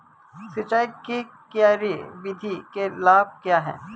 सिंचाई की क्यारी विधि के लाभ क्या हैं?